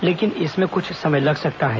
लेकिन इसमें कुछ समय लग सकता है